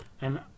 and-